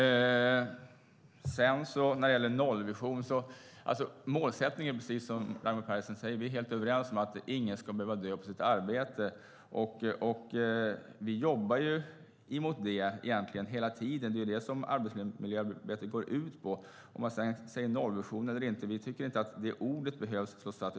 När det gäller nollvisionen är vi precis som Raimo Pärssinen säger helt överens om att ingen ska behöva dö på sitt arbete. Vi jobbar mot det hela tiden. Det är det arbetsmiljöarbetet går ut på. Vi tycker inte att ordet "nollvision" behövs, trots allt.